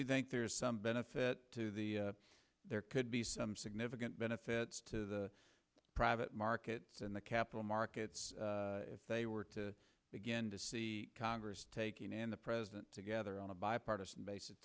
you think there is some benefit to the there could be some significant benefits to the private market in the capital markets if they were to begin to see congress taking and the president together on a bipartisan bas